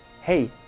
hey